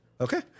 Okay